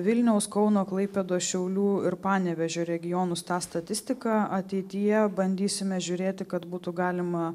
vilniaus kauno klaipėdos šiaulių ir panevėžio regionus tą statistiką ateityje bandysime žiūrėti kad būtų galima